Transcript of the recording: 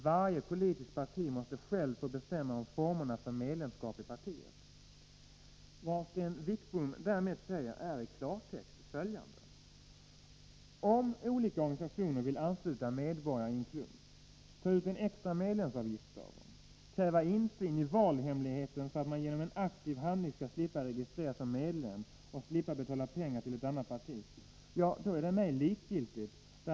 Varje politiskt parti måste självt få bestämma om formerna för medlemskap i partiet.” Vad Sten Wickbom därmed säger är i klartext följande: Om olika organisationer vill ansluta medborgare i en klump, ta ut en extra medlemsavgift av dem, kräva insyn i valhemligheten för att en person genom en aktiv handling skall slippa registreras som medlem och slippa betala pengar till ett annat parti, ja, då är det mig likgiltigt.